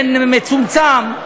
באופן מצומצם,